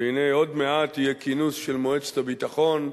והנה עוד מעט יהיה כינוס של מועצת הביטחון,